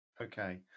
Okay